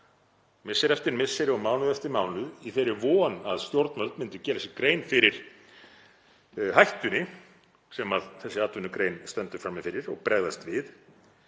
misseri eftir misseri, mánuð eftir mánuð, í þeirri von að stjórnvöld myndu gera sér grein fyrir hættunni sem þessi atvinnugrein stendur frammi fyrir og bregðast við.